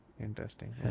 interesting